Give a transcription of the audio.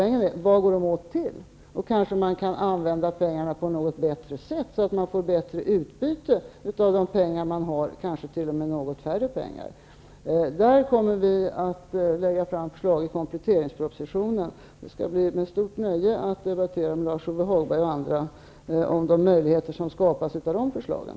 Frågan är: Vad används de till? Det går kanske att använda pengarna på ett bättre sätt, så att det blir bättre utbyte av pengarna. Kanske behövs det mindre med pengar. Vi kommer att lägga fram ett förslag i kompletteringspropositionen. Det skall bli ett stort nöje att debattera med Lars-Ove Hagberg och andra om de möjligheter som skapas på basis av förslaget.